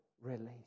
release